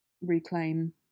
reclaim